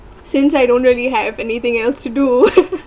since I don't really have anything else to do